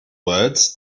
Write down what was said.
words